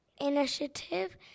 initiative